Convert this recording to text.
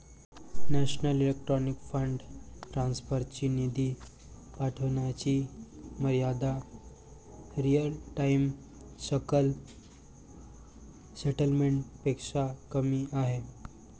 national electronic fund transfer ची निधी पाठविण्याची मर्यादा रिअल टाइम सकल सेटलमेंट पेक्षा कमी आहे